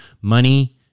money